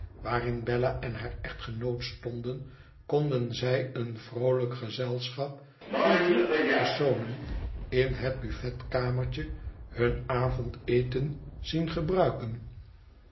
waarin bella en haar echtgenoot stonden konden zij een vroolijk gezelschap van drie personen m het buffetkamertje hun avondeten zien gebruiken